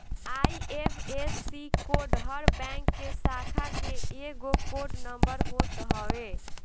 IFSC code हर bank के शाखा के एगो कोड नंबर होत हवे